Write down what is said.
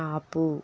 ఆపు